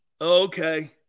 Okay